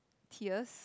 tiers